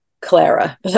Clara